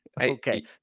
Okay